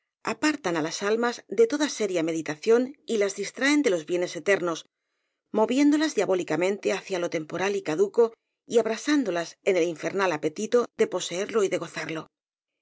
apartan á las almas de toda se ria meditación y'las distraen de los bienes eternos moviéndolas diabólicamente hacia lo temporal y ca duco y abrasándolas en el infernal apetito de po seerlo y de gozarlo